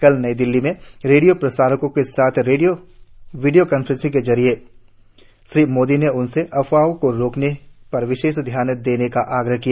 कल नई दिल्ली में रेडियो प्रसारकों के साथ वीडियो कांफ्रेसिंग के जरिए श्री मोदी ने उनसे अफवाहों को रोकने पर विशेष ध्यान देने का आग्रह किया